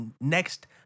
next